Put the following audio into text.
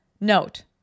note